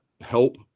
help